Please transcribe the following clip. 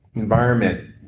environment,